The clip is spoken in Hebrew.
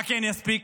מה כן יספיק?